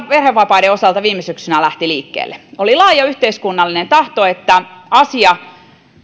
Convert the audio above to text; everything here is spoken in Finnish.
perhevapaiden osalta viime syksynä lähti liikkeelle oli laaja yhteiskunnallinen tahto että asia